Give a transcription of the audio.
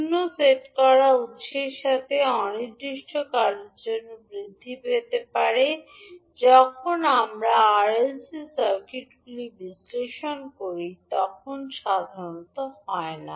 শূন্যে সেট করা উত্সের সাথে অনির্দিষ্টকালের জন্য বৃদ্ধি পেতে পারে যখন আমরা আর এল সি সার্কিটগুলি বিশ্লেষণ করি তখন সাধারণত হয় না